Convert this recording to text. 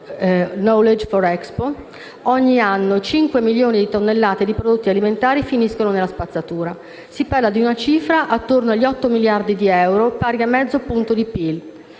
Watcher-knowledge for Expo, ogni anno 5 milioni di tonnellate di prodotti alimentari finiscono nella spazzatura. Si parla di una cifra attorno agli 8 miliardi di Europa, pari a mezzo punto di PIL.